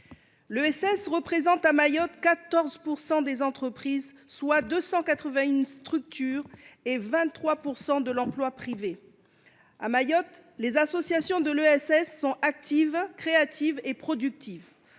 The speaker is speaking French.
L’ESS représente à Mayotte 14 % des entreprises, soit 281 structures, et 23 % de l’emploi privé. À Mayotte, les associations de l’ESS sont actives, créatives et productives.